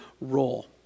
role